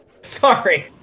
Sorry